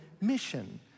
mission